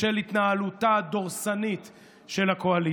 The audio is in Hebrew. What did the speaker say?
בשל התנהלותה הדורסנית של הקואליציה.